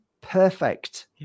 perfect